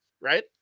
right